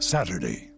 Saturday